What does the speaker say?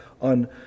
on